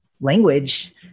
language